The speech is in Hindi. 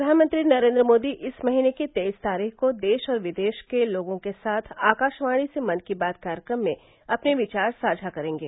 प्रधानमंत्री नरेन्द्र मोदी इस महीने की तेईस तारीख को देश और विदेश के लोगों के साथ आकाशवाणी से मन की बात कार्यक्रम में अपने विचार साझा करेंगे